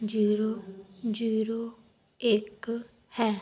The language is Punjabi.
ਜੀਰੋ ਜੀਰੋ ਇੱਕ ਹੈ